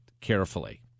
carefully